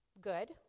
good